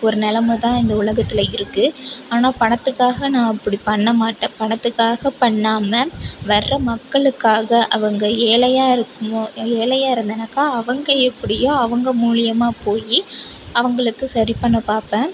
ஒரு நிலம தான் இந்த உலகத்தில் இருக்கு ஆனால் பணத்துக்காக நான் அப்படி பண்ண மாட்டேன் பணத்துக்காக பண்ணாம வர மக்களுக்காக அவங்க ஏழையாக இருக்குமோ ஏழையாக இருந்தானாக்க அவங்க எப்படியோ அவங்க மூலியமாக போய் அவங்களுக்கு சரி பண்ண பார்ப்பேன்